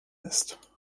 ist